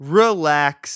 relax